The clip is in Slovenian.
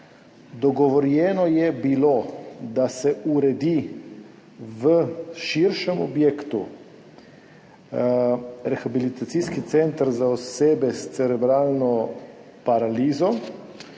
Dogovorjeno je bilo, da se uredi v širšem objektu rehabilitacijski center za osebe s cerebralno paralizo,